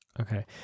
Okay